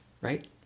right